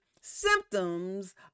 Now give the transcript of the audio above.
symptoms